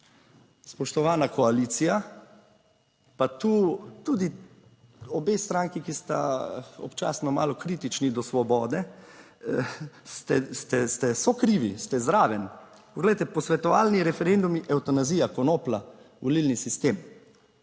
Spoštovana koalicija, pa tu tudi obe stranki, ki sta občasno malo kritični do Svobode ste sokrivi, ste zraven. Poglejte, posvetovalni referendum, evtanazija, konoplja, volilni sistem.